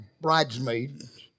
bridesmaids